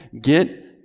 Get